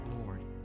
Lord